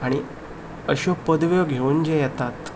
आनी अश्यो पदवो घेवन जे येतात